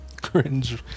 cringe